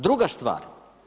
Druga stvar.